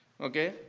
Okay